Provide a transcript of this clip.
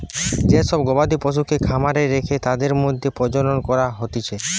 যে সব গবাদি পশুগুলাকে খামারে রেখে তাদের মধ্যে প্রজনন করা হতিছে